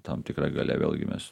tam tikra galia vėlgi mes